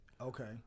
Okay